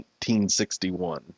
1961